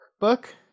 book